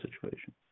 situation